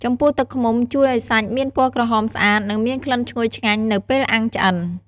ចំពោះទឹកឃ្មុំជួយឱ្យសាច់មានពណ៌ក្រហមស្អាត និងមានក្លិនឈ្ងុយឆ្ងាញ់នៅពេលអាំងឆ្អិន។